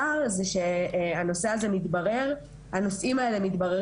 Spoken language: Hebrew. ממה שנמסר לי מלשכת השר זה שהנושאים האלה מתבררים